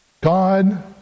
God